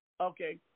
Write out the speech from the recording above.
Okay